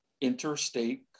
interstate